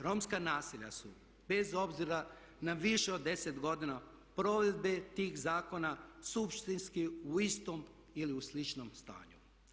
Romska naselja su bez obzira na više od 10 godina provedbe tih zakona suštinski u istom ili u sličnom stanju.